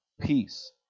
peace